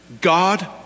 God